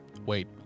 wait